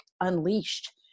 unleashed